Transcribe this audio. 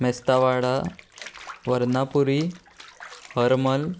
Mestawada Varnapuri Harmal